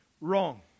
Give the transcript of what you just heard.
wrong